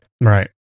Right